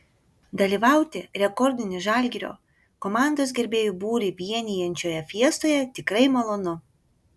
dalyvauti rekordinį žalgirio komandos gerbėjų būrį vienijančioje fiestoje tikrai malonu